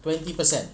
twenty percent